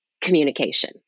communication